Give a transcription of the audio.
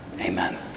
Amen